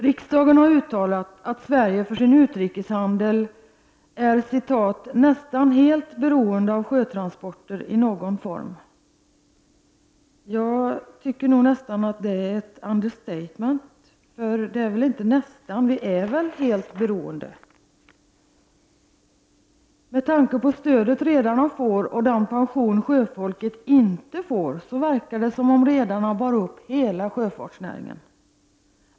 Riksdagen har uttalat att Sverige för sin utrikeshandel ”är nästan helt beroende av sjötransporter i någon form”. Det tycker jag är ett understatement. Det är väl inte ”nästan”, utan vi är väl helt beroende. Med tanke på det stöd som redarna får och den pension som sjöfolket inte får, verkar det som om redarna bar upp hela sjöfartsnäringen.